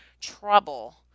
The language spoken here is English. trouble